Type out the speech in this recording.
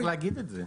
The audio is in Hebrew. לא צריך להגיד את זה.